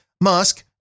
Musk